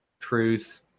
Truth